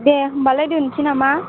दे होम्बालाय दोननोसै नामा